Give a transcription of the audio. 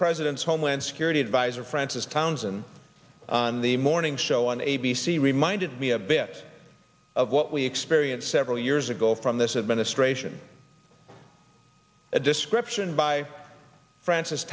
president's homeland security adviser frances townsend on the morning show on a b c reminded me a bit of what we experienced several years ago from this administration a description by franc